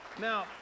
Now